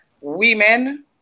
women